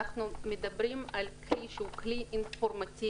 אנחנו מדברים על כלי שהוא כלי אינפורמטיבי.